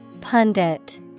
Pundit